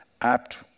apt